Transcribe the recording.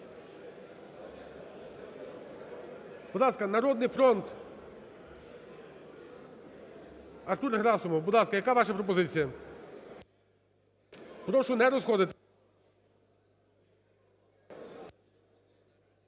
Будь ласка, "Народний фронт"… Артур Герасимов, будь ласка, яка ваша пропозиція? Прошу не розходитися.